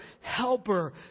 helper